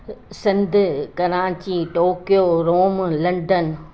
Sindh Karachi Tokyo Rome London